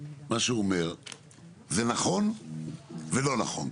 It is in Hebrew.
מה שהוא אומר זה נכון ולא נכון.